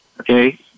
okay